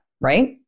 right